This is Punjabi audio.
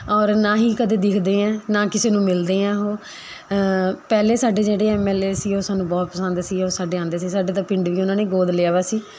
ਔਰ ਨਾ ਹੀ ਕਦੇ ਦਿਖਦੇ ਆ ਨਾ ਕਿਸੇ ਨੂੰ ਮਿਲਦੇ ਆ ਉਹ ਪਹਿਲੇ ਸਾਡੇ ਜਿਹੜੇ ਐੱਮ ਐੱਲ ਏ ਸੀ ਉਹ ਸਾਨੂੰ ਬਹੁਤ ਪਸੰਦ ਸੀ ਔਰ ਸਾਡੇ ਆਉਂਦੇ ਸੀ ਸਾਡੇ ਤਾਂ ਪਿੰਡ ਵੀ ਉਹਨਾਂ ਨੇ ਗੋਦ ਲਿਆ ਵਾ ਸੀ